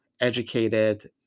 educated